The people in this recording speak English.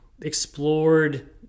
explored